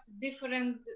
different